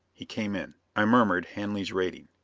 he came in. i murmured hanley's rating.